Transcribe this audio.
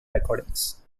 recordings